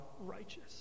righteous